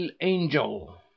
angel